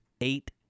eight